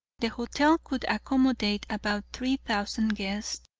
the hotel could accommodate about three thousand guests,